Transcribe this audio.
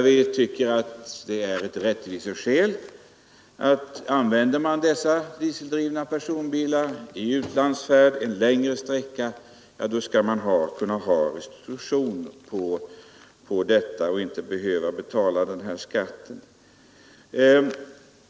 Vi anser att om man använder dieseldrivna personbilar vid färd längre sträckor utomlands, bör man av rättviseskäl kunna få restitution.